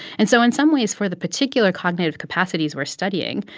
and so in some ways, for the particular cognitive capacities we're studying,